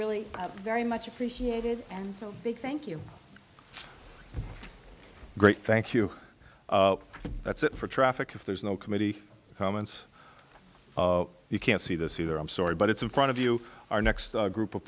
really very much appreciated and so big thank you great thank you that's it for traffic if there's no committee comments you can't see this either i'm sorry but it's in front of you our next group of